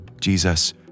Jesus